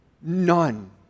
None